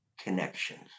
connections